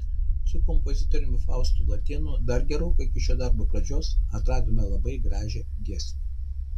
su kompozitoriumi faustu latėnu dar gerokai iki šio darbo pradžios atradome labai gražią giesmę